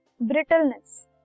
brittleness